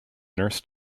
nurse